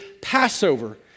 Passover